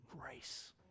grace